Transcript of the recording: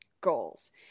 goals